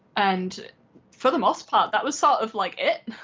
and for the most part that was sort of like it.